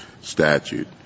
statute